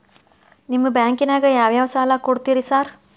ನಿಮ್ಮ ಬ್ಯಾಂಕಿನಾಗ ಯಾವ್ಯಾವ ಸಾಲ ಕೊಡ್ತೇರಿ ಸಾರ್?